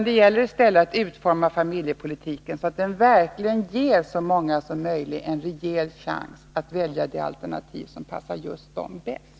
Det gäller i stället att utforma familjepolitiken så, att den verkligen ger så många som möjligt en rejäl chans att välja det alternativ som passar just dem bäst.